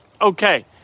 Okay